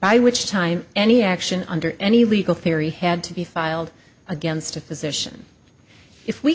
by which time any action under any legal theory had to be filed against a physician if we